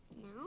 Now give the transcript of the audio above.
No